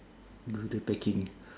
do the packing